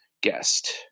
guest